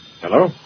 Hello